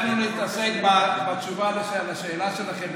אנחנו נתעסק בתשובה על השאלה שלכם,